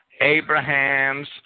Abraham's